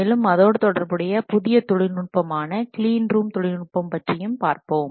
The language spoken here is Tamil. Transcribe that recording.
மேலும் அதோடு தொடர்புடைய புதிய தொழில்நுட்பமான கிளீன் ரூம் தொழில்நுட்பம் பற்றியும் பார்ப்போம்